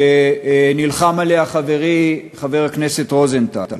שנלחם עליה חברי חבר הכנסת רוזנטל,